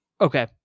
okay